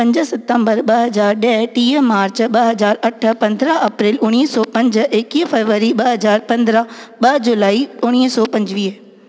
पंज सितंबर ॿ हज़ार ॾह टीह मार्च ॿ हज़ार अठ पंदरहां अप्रेल उणिवीह सौ पंज एक्वीह फरवरी ॿ हज़ार पंदरहां ॿ जुलाई उणिवीह सौ पंजवीह